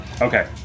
Okay